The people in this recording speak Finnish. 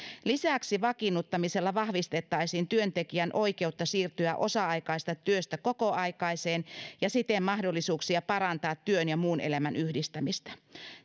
lisäksi vakiinnuttamisella vahvistettaisiin työntekijän oikeutta siirtyä osa aikaisesta työstä kokoaikaiseen ja siten mahdollisuuksia parantaa työn ja muun elämän yhdistämistä